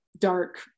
dark